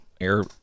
air